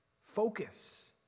Focus